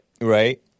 Right